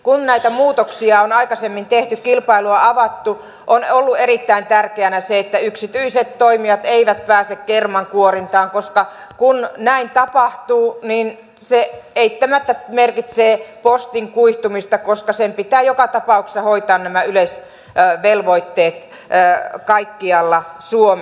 kun näitä muutoksia on aikaisemmin tehty kilpailua avattu on ollut erittäin tärkeätä se että yksityiset toimijat eivät pääse kermankuorintaan koska kun näin tapahtuu niin se eittämättä merkitsee postin kuihtumista koska sen pitää joka tapauksessa hoitaa nämä yleisvelvoitteet kaikkialla suomessa